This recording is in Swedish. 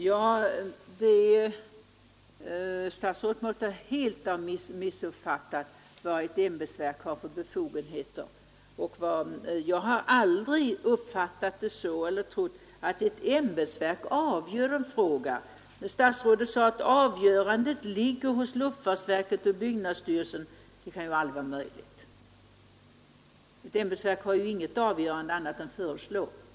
Herr talman! Statsrådet måste helt ha missuppfattat vad ett ämbetsverk har för befogenheter. Jag har aldrig trott att ett ämbetsverk avgör en fråga. Statsrådet sade att avgörandet ligger hos luftfartsverket och byggnadsstyrelsen. Det kan aldrig vara möjligt. Ett ämbetsverk har ju ingen avgörande befogenhet utan kan endast framlägga förslag.